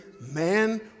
man